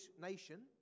nation